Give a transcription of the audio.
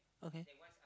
okay